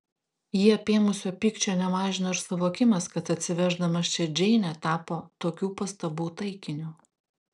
jį apėmusio pykčio nemažino ir suvokimas kad atsiveždamas čia džeinę tapo tokių pastabų taikiniu